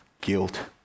guilt